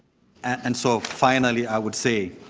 and so finally i would say